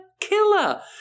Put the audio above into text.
killer